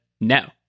no